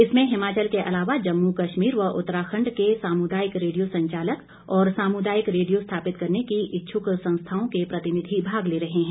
इसमें हिमाचल के अलावा जम्मू कश्मीर व उत्तराखंड के सामुदायिक रेडियो संचालक और सामुदायिक रेडियो स्थापित करने की इच्छुक संस्थाओं के प्रतिनिधि भाग ले रहे हैं